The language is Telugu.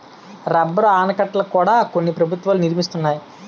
రబ్బరు ఆనకట్టల కూడా కొన్ని ప్రభుత్వాలు నిర్మిస్తున్నాయి